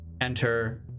enter